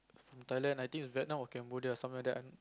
from Thailand I think is Vietnam or Cambodia somewhere there I